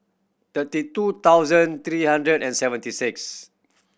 thirty two thousand three hundred and seventy six